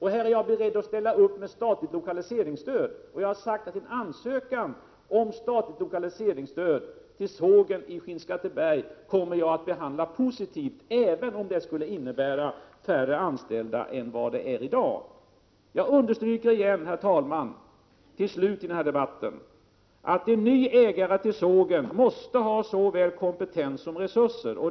Här är jag beredd att ställa upp med 27 statligt lokaliseringsstöd till sågen i Skinnskatteberg — jag har sagt att en sådan ansökan kommer att behandlas positivt även om det skulle innebära färre anställda än i dag. Herr talman! Jag understryker igen, till slut i debatten, att en ny ägare till sågen måste ha såväl kompetens som resurser.